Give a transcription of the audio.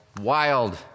wild